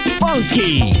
funky